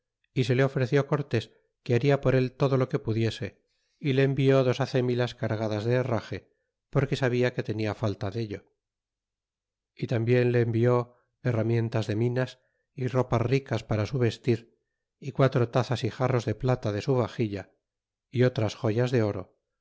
y se le ofreció cortés que baria por el todo lo que pudiese y le envió dos hacemilas cargadas de herrage porque sabia que tenia falta dello y tambien le envió herramientas de minas y ropas ricas para su vestir y quatro tazas y jarros de plata de su baxilla y otras joyas de oro